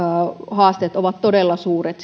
haasteet ovat todella suuret